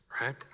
right